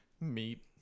Meat